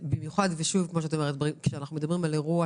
לתת פיצוי,